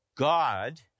God